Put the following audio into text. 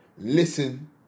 listen